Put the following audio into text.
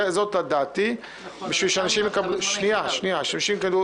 זאת דעתי ------- שאנשים יקבלו